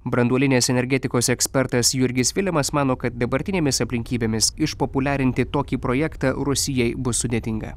branduolinės energetikos ekspertas jurgis vilemas mano kad dabartinėmis aplinkybėmis išpopuliarinti tokį projektą rusijai bus sudėtinga